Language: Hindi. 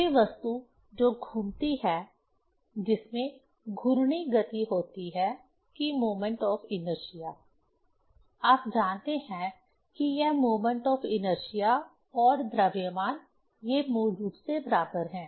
कोई भी वस्तु जो घूमती है जिसमें घूर्णी गति होती है की मोमेंट ऑफ इनर्शिया आप जानते हैं कि यह मोमेंट ऑफ इनर्शिया और द्रव्यमान ये मूल रूप से बराबर हैं